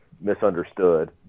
misunderstood